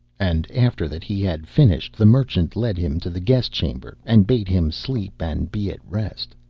and after that he had finished, the merchant led him to the guest chamber, and bade him sleep and be at rest.